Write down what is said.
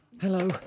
Hello